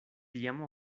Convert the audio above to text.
tiam